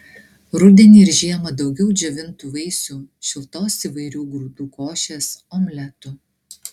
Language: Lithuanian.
rudenį ir žiemą daugiau džiovintų vaisių šiltos įvairių grūdų košės omletų